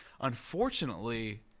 unfortunately